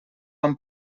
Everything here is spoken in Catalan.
amb